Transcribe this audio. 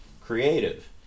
creative